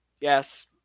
Yes